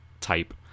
type